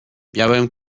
miałem